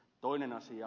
toinen asia